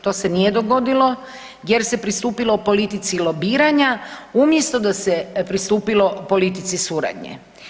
To se nije dogodilo jer se pristupilo politici lobiranja, umjesto da se pristupilo politici suradnje.